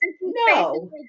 no